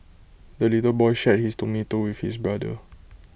the little boy shared his tomato with his brother